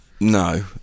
no